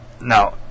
now